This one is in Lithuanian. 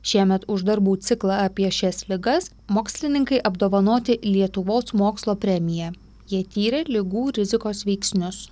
šiemet už darbų ciklą apie šias ligas mokslininkai apdovanoti lietuvos mokslo premiją jie tyrė ligų rizikos veiksnius